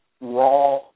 Raw